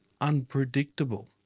unpredictable